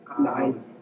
Nine